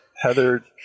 Heather